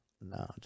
No